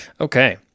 Okay